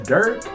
Dirk